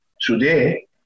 today